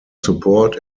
support